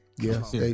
Yes